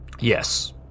Yes